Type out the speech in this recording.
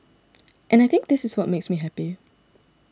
and I think this is what makes me happy